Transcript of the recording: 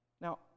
Now